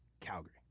Calgary